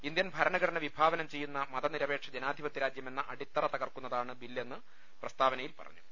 Indian ഭരണഘടന വിഭാവനം ചെയ്യുന്ന മതനിരപേക്ഷ ജനാ ധിപത്യ രാജ്യമെന്ന അടിത്തറ തകർക്കുന്നതാണ് ബില്ലെന്ന് പ്രസ്താ വനയിൽ പറഞ്ഞു